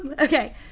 Okay